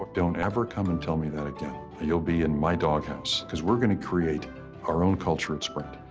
but don't ever come and tell me that again, you'll be in my doghouse. because we are going to create our own culture at sprint.